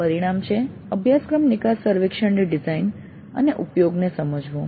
પરિણામ છે અભ્યાસક્રમ નિકાસ સર્વેક્ષણની ડિઝાઇન અને ઉપયોગને સમજવું